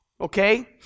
Okay